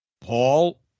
Paul